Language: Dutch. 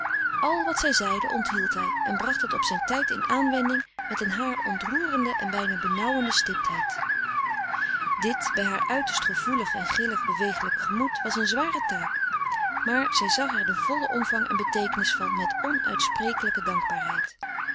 al wat zij zeide onthield hij en bracht het op zijn tijd in aanwending met een haar ontroerende en bijna benauwende stiptheid dit bij haar uiterst gevoelig en grillig bewegelijk gemoed was een zware taak maar zij zag er den vollen omvang en beteekenis van met onuitsprekelijke dankbaarheid